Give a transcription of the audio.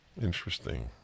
Interesting